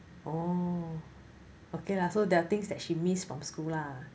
oh okay lah so there are things that she missed from school lah